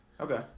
Okay